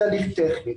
זה הליך טכני.